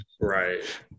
Right